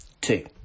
Two